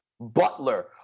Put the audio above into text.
Butler